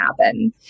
happen